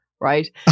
right